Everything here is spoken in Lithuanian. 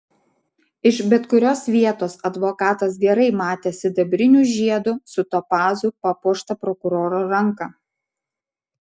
iš bet kurios vietos advokatas gerai matė sidabriniu žiedu su topazu papuoštą prokuroro ranką